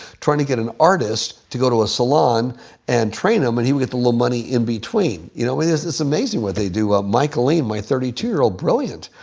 trying to get an artist to go to a salon and train them, and he would get the little money in between. you know and it's it's amazing what they do. ah michaeline, my thirty two year old, brilliant,